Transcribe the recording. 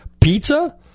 pizza